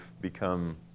become